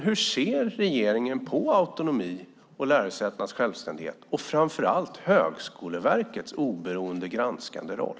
Hur ser regeringen på autonomi och lärosätenas självständighet, och framför allt på Högskoleverkets oberoende, granskande roll?